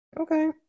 Okay